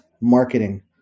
marketing